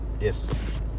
Yes